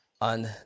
on